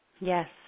Yes